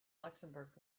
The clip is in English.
luxembourg